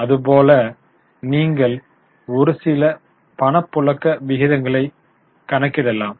அது போல நீங்கள் ஒரு சில பணப்புழக்க விகிதங்களை கணக்கிடலாம்